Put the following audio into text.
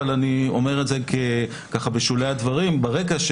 אבל אני אומר את זה ככה בשולי הדברים ברקע,